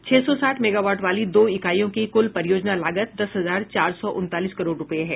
छह सौ साठ मेगावाट वाली दो इकाईयों की कुल परियोजना लागत दस हजार चार सौ उनतालीस करोड़ रूपये है